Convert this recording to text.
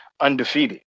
undefeated